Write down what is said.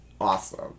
awesome